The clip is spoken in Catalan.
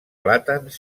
plàtans